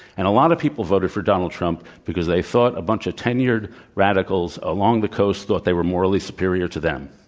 and a lot of people voted for donald trump because they thought a bunch of tenured radicals along the coast thought they were morally superior to them.